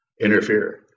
interfere